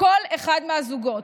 כל אחד מהזוגות.